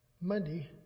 Monday